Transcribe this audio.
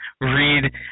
read